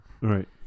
Right